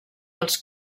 als